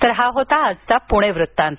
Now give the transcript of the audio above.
तर हा होता आजचा पुणे वृत्तांत